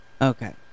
Okay